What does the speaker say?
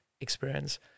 experience